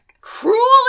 Cruel